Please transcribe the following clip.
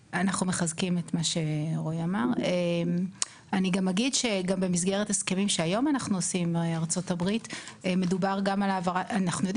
אני גם אגיד שבמסגרת הסכמים שהיום אנחנו עושים עם ארה"ב אנחנו יודעים